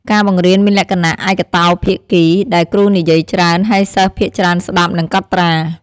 ការបង្រៀនមានលក្ខណៈឯកតោភាគី ដែលគ្រូនិយាយច្រើន ហើយសិស្សភាគច្រើនស្ដាប់ និងកត់ត្រា។